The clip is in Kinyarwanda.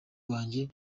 wanjye